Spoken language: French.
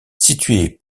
située